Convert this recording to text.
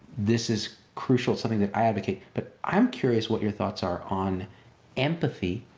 this is crucial, something that i advocate, but i'm curious what your thoughts are on empathy,